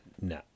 No